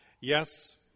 Yes